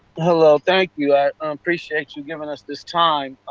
thank you. i appreciate you giving us this time.